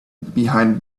behind